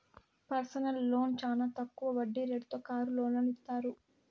personal loan చానా తక్కువ వడ్డీ రేటుతో కారు లోన్లను ఇత్తారు